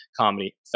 comedy